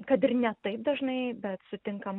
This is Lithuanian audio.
kad ir ne taip dažnai bet sutinkama